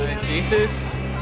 Jesus